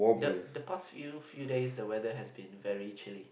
the the past few few days the weather has been very chilly